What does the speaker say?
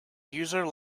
user